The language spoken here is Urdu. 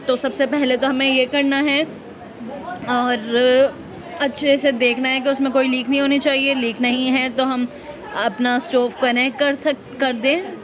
تو سب سے پہلے تو ہمیں یہ کرنا ہے اور اچھے سے دیکھنا ہے کہ اس میں کوئی لیک نہیں ہونی چاہیے لیک نہیں ہے تو ہم اپنا اسٹوو کنیکٹ کر کر دیں